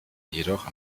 jedoch